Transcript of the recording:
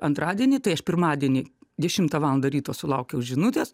antradienį tai aš pirmadienį dešimtą valandą ryto sulaukiau žinutės